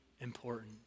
important